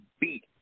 beat